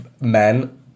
men